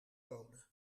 code